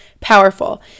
powerful